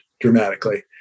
dramatically